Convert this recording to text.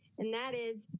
and that is,